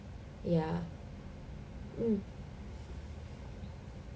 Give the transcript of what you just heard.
ya mm